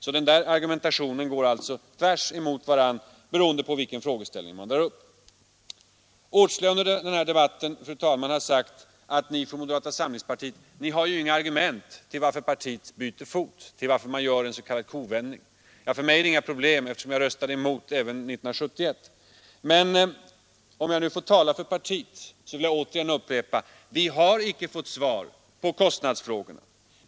De olika slagen av argumentation strider alltså mot varandra — den argumentation man använder beror på vilken frågeställning man drar upp just vid varje enskilt tillfälle. Åtskilliga har under denna debatt sagt att ”ni från moderata samlingspartiet har ingen förklaring till varför ni byter fot, varför ni gör en s.k. kovändning”. För mig är det inga problem eftersom jag röstade mot utlokaliseringen även 1971. Men om jag får tala för partiet vill jag upprepa: Vi har inte fått svar på kostnadsfrågorna.